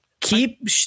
keep